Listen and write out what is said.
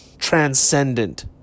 Transcendent